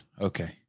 Okay